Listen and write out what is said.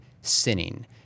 sinning